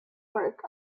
work